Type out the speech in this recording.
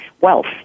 wealth